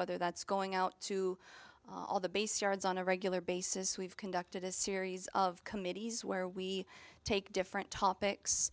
whether that's going out to all the base yards on a regular basis we've conducted a series of committees where we take different topics